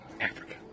Africa